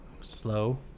Slow